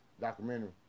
documentary